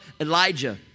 Elijah